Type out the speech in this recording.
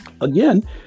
Again